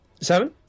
Seven